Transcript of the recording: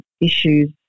issues